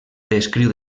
descriu